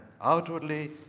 Outwardly